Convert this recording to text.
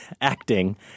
acting